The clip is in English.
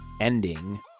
ending